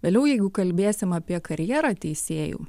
vėliau jeigu kalbėsim apie karjerą teisėjų